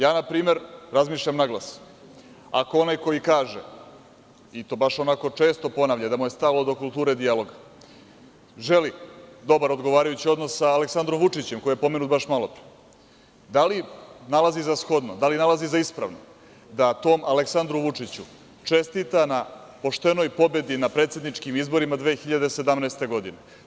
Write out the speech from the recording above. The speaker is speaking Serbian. Na primer, razmišljam naglas, ako onaj koji kaže, i to baš onako često ponavlja da mu je stalo do kulture dijaloga, želi dobar odgovarajući odnos sa Aleksandrom Vučićem, koji je pomenut baš malopre, da li nalazi za shodno, da li nalazi za ispravno, da tom Aleksandru Vučiću čestita na poštenoj pobedi na predsedničkim izborima 2017. godine.